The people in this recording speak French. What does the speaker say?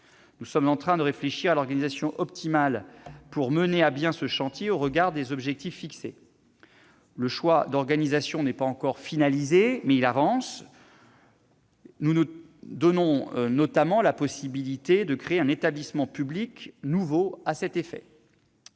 Nous sommes en train de réfléchir à l'organisation optimale pour mener à bien ce chantier au regard des objectifs fixés. Le choix d'organisation n'est pas encore finalisé, mais notre réflexion avance. Nous nous donnons notamment la possibilité de créer un établissement public nouveau à cet effet.